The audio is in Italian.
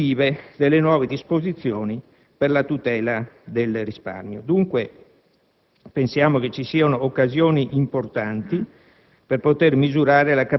e le norme attuative delle nuove disposizioni per la tutela del risparmio. Dunque, pensiamo che vi siano occasioni importanti